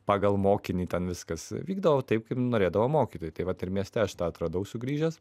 pagal mokinį ten viskas vykdavo taip kaip norėdavo mokytojai tai vat ir mieste aš tą atradau sugrįžęs